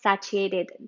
satiated